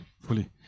fully